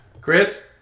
Chris